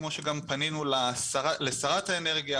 כמו שגם פנינו לשרת האנרגיה,